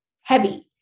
heavy